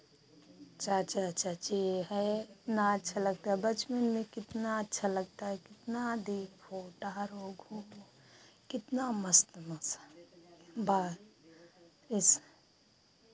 चाचा चाची हैं इतना अच्छा लगता है बचपन में कितना अच्छा लगता है कि कितना देखो टहलो घूमो कितना मस्त मौसम बाहर इस